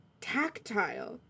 tactile